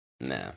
Nah